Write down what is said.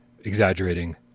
exaggerating